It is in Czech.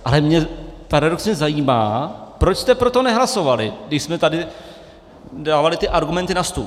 Ale mě paradoxně zajímá, proč jste pro to nehlasovali, když jsme tady dávali ty argumenty na stůl.